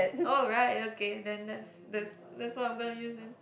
oh right okay then that's that's that's what I'm gonna use then